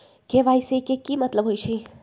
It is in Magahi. के.वाई.सी के कि मतलब होइछइ?